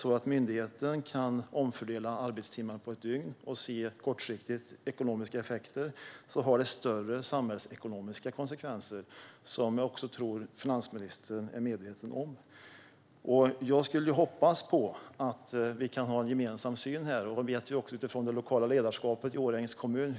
Även om myndigheten kan omfördela arbetstimmar på ett dygn och se kortsiktiga ekonomiska effekter, finns större samhällsekonomiska konsekvenser som jag tror att också finansministern är medveten om. Jag skulle hoppas att vi kan ha en gemensam syn. Jag vet hur angelägen frågan är för det lokala ledarskapet i Årjängs kommun.